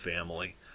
family